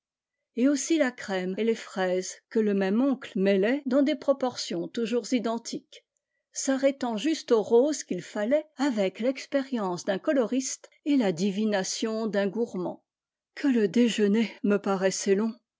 et aussila crèmeetlesfraisesque le même oncle mêlait dans des proportions toujours identiques s'arrêtant juste au rose qu'il fallait avec l'expérience d'un coloriste et la divination d'un gourmand que le déjeuner me paraissait long